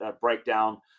breakdown